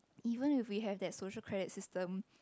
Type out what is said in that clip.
even if we have that social credit system